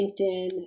LinkedIn